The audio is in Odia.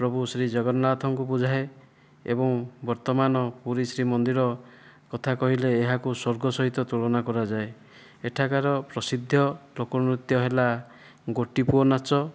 ପ୍ରଭୁ ଶ୍ରୀଜଗନ୍ନାଥଙ୍କୁ ବୁଝାଏ ଏବଂ ବର୍ତ୍ତମାନ ପୁରୀ ଶ୍ରୀମନ୍ଦିର କଥା କହିଲେ ଏହାକୁ ସ୍ୱର୍ଗ ସହିତ ତୁଳନା କରାଯାଏ ଏଠାକାର ପ୍ରସିଦ୍ଧ ଲୋକନୃତ୍ୟ ହେଲା ଗୋଟିପୁଅ ନାଚ